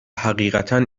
حقیقتا